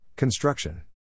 Construction